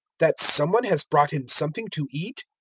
that some one has brought him something to eat?